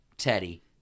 Teddy